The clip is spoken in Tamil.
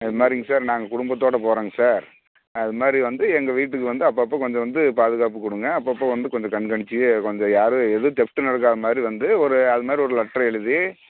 இது மாதிரிங்க சார் குடும்பத்தோடு போறேங்க சார் அது மாதிரி வந்து எங்கள் வீட்டுக்கு வந்து அப்பப்போ வந்து வந்து பாதுகாப்பு கொடுங்க அப்பப்போ வந்து கொஞ்சம் கண்காணிச்சு கொஞ்சம் யார் எது டெஸ்ட் நடக்காத மாதிரி வந்து ஒரு அது மாதிரி ஒரு லெட்ரு எழுதி